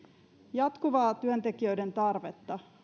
jatkuvaa työntekijöiden tarvetta